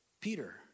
Peter